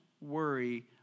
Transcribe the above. worry